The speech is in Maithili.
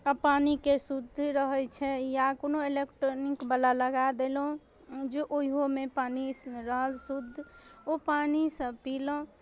आ पानिके शुद्ध रहै छै या कोनो इलेक्ट्रॉनिक वला लगा देलहुँ जे ओहिओमे पानि रहल शुद्ध ओ पानिसभ पीलहुँ